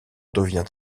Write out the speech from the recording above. devint